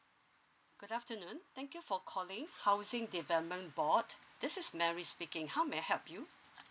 good afternoon thank you for calling for housing development board this is mary speaking how may I help you